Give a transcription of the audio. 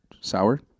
sour